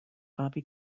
bobby